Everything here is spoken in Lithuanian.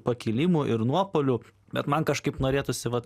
pakilimų ir nuopuolių bet man kažkaip norėtųsi vat